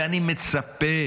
ואני מצפה